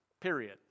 period